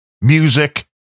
music